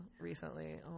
Recently